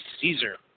Caesar